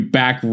back